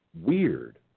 weird